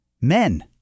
men